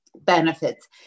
benefits